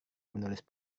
menulis